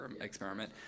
experiment